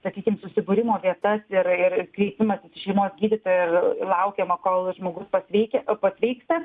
sakykim susibūrimo vietas ir ir kreipimasis į šeimos gydytoją ir laukiama kol žmogus pasveikia pasveiksta